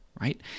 Right